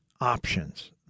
options